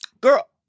girl